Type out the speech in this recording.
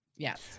Yes